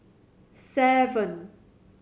seven